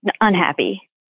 unhappy